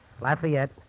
Lafayette